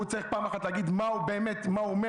הוא צריך פעם אחת להגיד מה הוא באמת אומר,